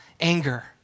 Anger